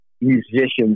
musicians